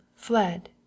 fled